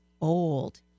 old